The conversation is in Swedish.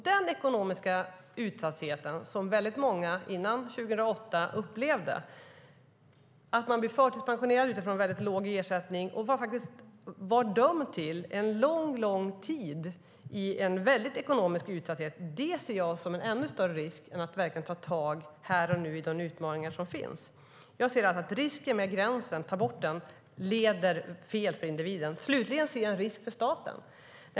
Den ekonomiska utsatthet som väldigt många upplevde före 2008 - att man blev förtidspensionerad med väldigt låg ersättning och faktiskt dömd till lång tid i stor ekonomisk utsatthet - ser jag som en större risk än det är att ta tag i de utmaningar som finns här och nu. Jag ser att risken med att ta bort gränsen är att det leder åt fel håll för individen. Slutligen ser jag en risk för staten.